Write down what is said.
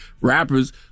rappers